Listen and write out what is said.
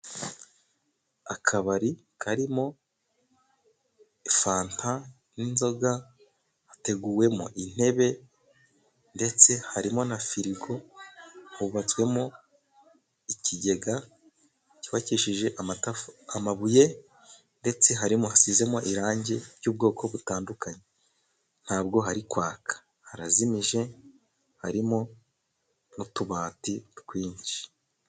Akabari karimo fanta n'inzoga hateguwemo intebe ndetse harimo na firigo hubatswemo ikigega cyubakishije amabuye ndetse harimo hasizemo irangi ry'ubwoko butandukanye ntabwo hari kwaka harazimije harimo n'utubati twinshi.